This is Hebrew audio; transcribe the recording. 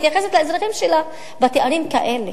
לאזרחים שלה בתארים כאלה,